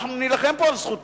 אנחנו נילחם פה על זכותנו.